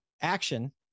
action